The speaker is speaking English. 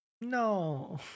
No